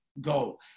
go